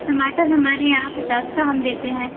टमाटर हमारे यहाँ पचास का हम देते हैं